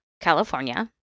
California